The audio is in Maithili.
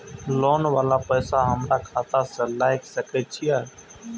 लोन वाला पैसा हमरा खाता से लाय सके छीये?